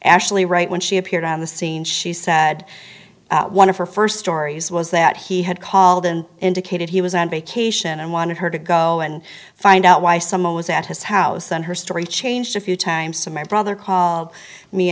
actually right when she appeared on the scene she said one of her first stories was that he had called and indicated he was on vacation and wanted her to go and find out why someone was at his house and her story changed a few times to my brother called me